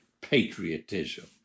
patriotism